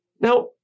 Now